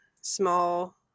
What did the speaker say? small